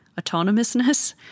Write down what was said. autonomousness